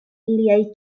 liaj